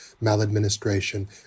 maladministration